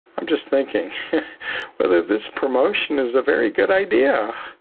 i'm just thinking whether this promotion is a very good idea,